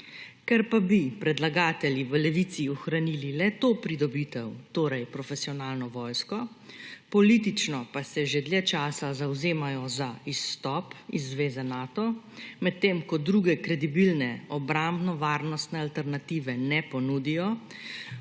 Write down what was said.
Ker bi predlagatelji v Levici ohranili le to pridobitev, torej profesionalno vojsko, politično pa se že dlje časa zavzemajo za izstop iz zveze Nato, medtem ko druge kredibilne obrambno-varnostne alternative ne ponudijo,